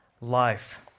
life